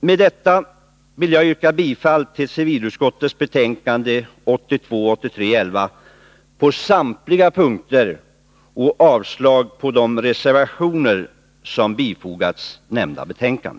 Med detta vill jag yrka bifall till civilutskottets hemställan på samtliga punkter i betänkandet 1982/83:11 och avslag på de reservationer som bifogats nämnda betänkande.